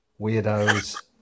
Weirdos